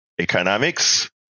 economics